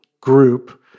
group